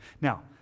Now